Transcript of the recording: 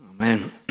Amen